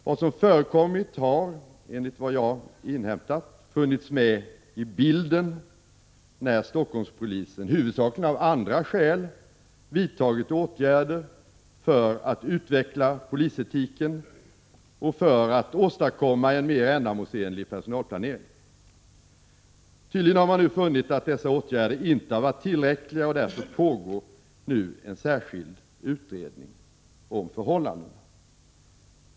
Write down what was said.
Vad som förekommit har enligt vad jag inhämtat funnits med i bilden när Stockholmspolisen, huvudsakligen av andra skäl, vidtagit åtgärder för att utveckla polisetiken och för att åstadkomma en mer ändamålsenlig personalplanering. Tydligen har man funnit att dessa åtgärder inte har varit tillräckliga, och därför pågår nu en särskild utredning om förhållandena.